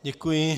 Děkuji.